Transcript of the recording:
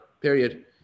period